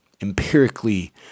empirically